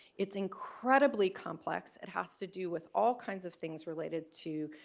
it's incredibly complex. it has to do with all kinds of things related to